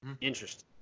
Interesting